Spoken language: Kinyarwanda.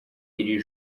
iri